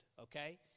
Okay